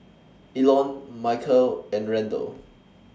Elon Michale and Randle